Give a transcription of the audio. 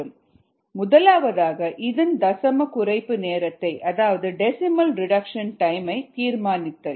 aமுதலாவதாக இதன் தசம குறைப்பு நேரத்தை அதாவது டெசிமல் ரெடக்ஷன் டைம் தீர்மானித்தல்